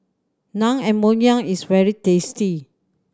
naengmyeon is very tasty